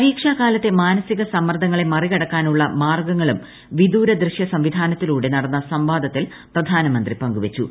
പരീക്ഷാ കാലത്തെ മാനസിക സമ്മർദ്ദങ്ങളെ മറികടക്കുന്നതിനുള്ള മാർഗ്ഗങ്ങളും വിദൂര ദൃശ്യ സംവിധാനത്തിലൂടെ നടന്ന സംവാദത്തിൽ പ്രധാനമന്ത്രി പങ്കുവച്ചു